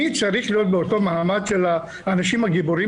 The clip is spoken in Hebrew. צריך להיות באותו מעמד של האנשים הגיבורים